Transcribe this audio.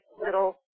little